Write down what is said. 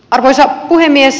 arvoisa puhemies